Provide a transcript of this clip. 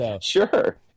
Sure